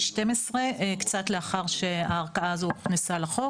קצת לאחר שהערכאה הזו הוכנסה לחוק,